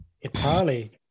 Italy